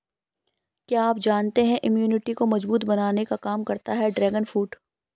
क्या आप जानते है इम्यूनिटी को मजबूत बनाने का काम करता है ड्रैगन फ्रूट?